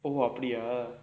oh அப்படியா:appadiyaa